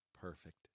perfect